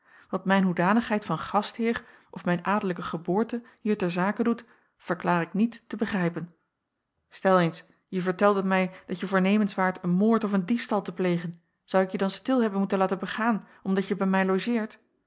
wat mijn hoedanigheid van gastheer of mijn adellijke geboorte hier ter zake doet verklaar ik niet te begrijpen stel eens je verteldet mij dat je voornemens waart een moord of een diefstal te plegen zou ik je dan stil hebben moeten laten begaan omdat je bij mij logeert